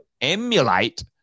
emulate